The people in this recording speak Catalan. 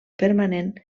permanent